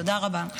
תודה רבה.